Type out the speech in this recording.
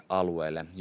alueelle